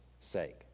sake